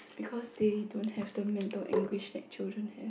because they don't have the mental anguish that children have